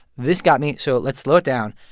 this got me, so let's slow it down.